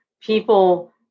People